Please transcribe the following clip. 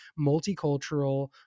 multicultural